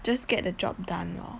just get the job done lor